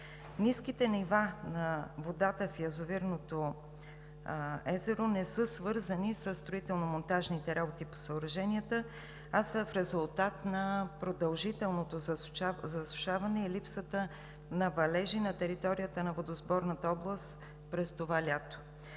Ниските нива на водата в язовирното езеро не са свързани със строително-монтажните работи по съоръженията, а са в резултат на продължителното засушаване и липсата на валежи на територията на водосборната област през това лято.